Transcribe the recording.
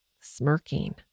smirking